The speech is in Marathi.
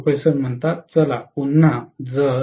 प्रोफेसर चला पुन्हा जर